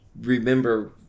remember